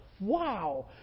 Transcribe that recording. wow